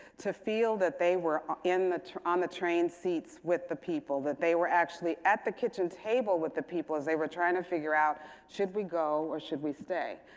to feel that they were in the on the train seats with the people. that they were actually at the kitchen table with the people as they were trying to figure out should we go or should we stay.